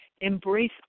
Embrace